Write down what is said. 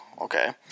okay